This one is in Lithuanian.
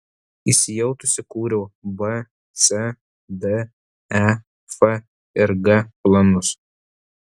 įsijautusi kūriau b c d e f ir g planus